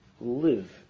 live